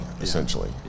essentially